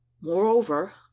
Moreover